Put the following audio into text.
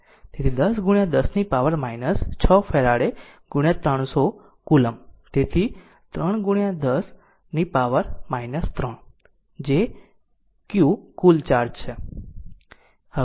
તેથી 10 10 નો power 6 farad 300 coulomb તેથી 3 10 2 પાવર 3 કુલોમ્બ તે q કુલ ચાર્જ છે